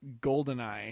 Goldeneye